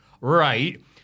right